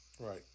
Right